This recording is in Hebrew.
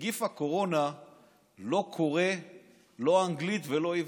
נגיף הקורונה לא קורא אנגלית ולא עברית,